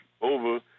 over